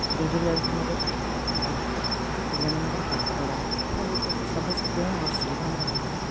ଡିବି ଲଣ୍ଠନରେ ପାଠ ପଢ଼ୁଛନ୍ତି ଭାରି ପିଲାମାନଙ୍କର ପାଠପଢ଼ା ସବୁ ସେଥିପାଇଁ ଅସୁବିଧା ଆମର ହେଉଛି